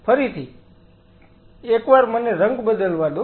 ફરીથી એકવાર મને રંગ બદલવા દો